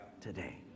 today